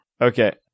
Okay